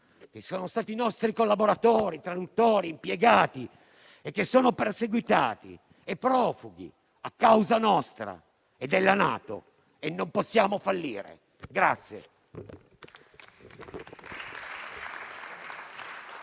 che sono stati nostri collaboratori, traduttori, impiegati e che sono perseguitati e profughi a causa nostra e della NATO e non possiamo fallire.